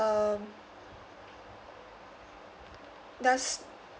um does